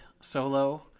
solo